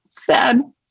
Sad